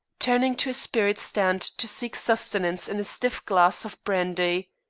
turning to a spirit-stand to seek sustenance in a stiff glass of brandy.